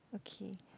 okay